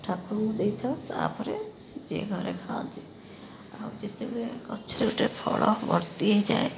ଠାକୁରୁଙ୍କୁ ଦେଇଥାଉ ତା ପରେ ଯିଏ ଘରେ ଖାଆନ୍ତି ଆଉ ଯେତେବେଳେ ଗଛରେ ଗୋଟେ ଫଳ ଭର୍ତ୍ତି ହେଇଯାଏ